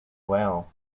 well